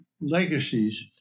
legacies